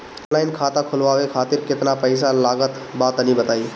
Online खाता खूलवावे खातिर केतना पईसा लागत बा तनि बताईं?